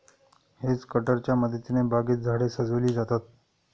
hedge कटरच्या मदतीने बागेत झाडे सजविली जातात